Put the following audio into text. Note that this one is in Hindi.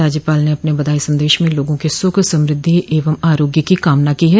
राज्यपाल ने अपने बधाई सन्देश में लोगों के सुख समृद्धि एवं आरोग्य की कामना की है